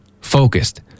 focused